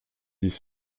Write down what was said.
dix